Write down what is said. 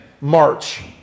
march